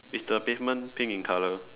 is the pavement pink in colour